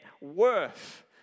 worth